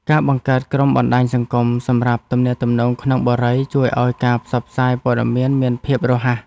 ការបង្កើតក្រុមបណ្តាញសង្គមសម្រាប់ទំនាក់ទំនងក្នុងបុរីជួយឱ្យការផ្សព្វផ្សាយព័ត៌មានមានភាពរហ័ស។